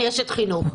אני אשת החינוך.